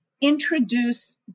introduce